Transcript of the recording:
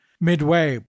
midway